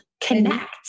connect